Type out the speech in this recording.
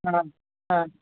हा हा